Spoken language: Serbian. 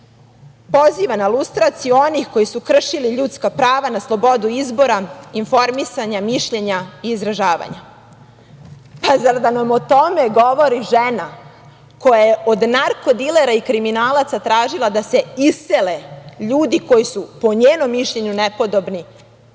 poziva na lustraciju onih koji su kršili ljudska prava na slobodu izbora, informisanja, mišljenja i izražavanja. Pa, zar da nam o tome govori žena, koja je od narkodilera i kriminalaca tražila da se isele ljudi koji su, po njenom mišljenju, nepodobni